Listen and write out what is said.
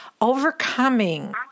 overcoming